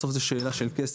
בסוף זאת שאלה של כסף,